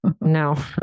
no